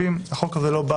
החוק הזה לא בא